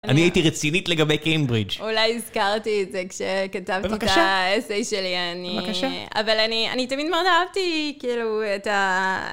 אני הייתי רצינית לגבי קיימברידג', אולי הזכרתי את זה כשכתבתי (בבקשה) את ה-essay שלי אני (בבקשה) אבל אני תמיד מאוד אהבתי כאילו את ה...